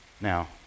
Now